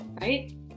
right